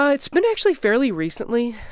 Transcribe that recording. ah it's been actually fairly recently.